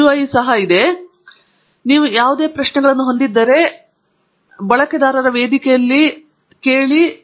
ಆದ್ದರಿಂದ ನೀವು ಯಾವುದೇ ಪ್ರಶ್ನೆಗಳನ್ನು ಹೊಂದಿದ್ದರೆ ಆನಂದಿಸಿ ಮತ್ತು ಬರೆಯಿರಿ